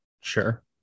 Sure